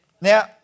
Now